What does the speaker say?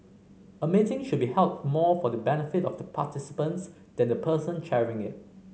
a meeting should be held more for the benefit of the participants than the person chairing it